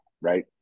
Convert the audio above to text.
Right